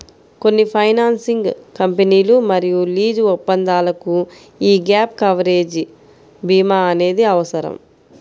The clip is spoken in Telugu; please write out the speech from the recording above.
కొన్ని ఫైనాన్సింగ్ కంపెనీలు మరియు లీజు ఒప్పందాలకు యీ గ్యాప్ కవరేజ్ భీమా అనేది అవసరం